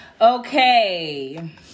Okay